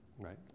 right